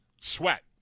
Sweat